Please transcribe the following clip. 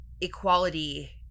equality